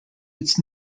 its